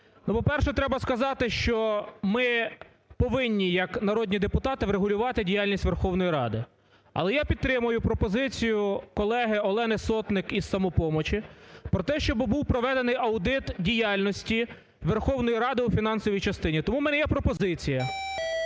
Ну, по-перше, треба сказати, що ми повинні як народні депутати врегулювати діяльність Верховної Ради. Але я підтримую пропозицію колеги Олени Сотник із "Самопомочі" про те, щоб був проведений аудит діяльності Верховної Ради у фінансовій частині. Тому в мене є пропозиція.